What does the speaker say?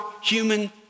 human